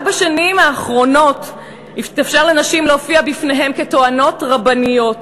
רק בשנים האחרונות התאפשר לנשים להופיע בפניהם כטוענות רבניות.